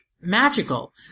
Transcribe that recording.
magical